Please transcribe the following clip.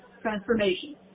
transformation